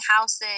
houses